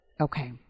Okay